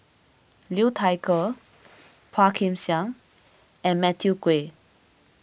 Liu Thai Ker Phua Kin Siang and Matthew Ngui